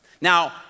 Now